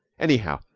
anyhow,